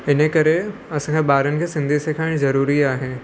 हिनजे करे असांखे ॿारनि खे सिंधी सेखारण ज़रूरी आहे